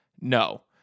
No